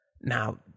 now